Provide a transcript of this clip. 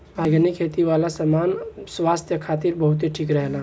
organic खेती वाला सामान स्वास्थ्य खातिर बहुते ठीक रहेला